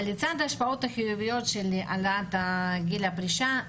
אבל לצד ההשפעות החיוביות של העלאת גיל הפרישה,